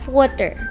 water